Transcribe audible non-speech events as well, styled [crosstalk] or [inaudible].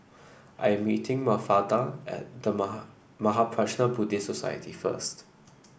I'm meeting Mafalda at The [unintelligible] Mahaprajna Buddhist Society first